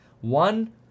one